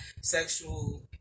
sexual